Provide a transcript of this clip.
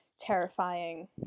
terrifying